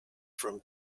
from